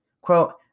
Quote